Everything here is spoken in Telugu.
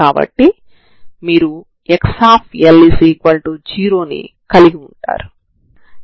ఇప్పుడు ఈ మరియు ల నుండి ప్రతి ఒకరు x మరియు t లను కనుగొనవచ్చు xξ2 tξ 2c అవుతుంది